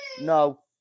no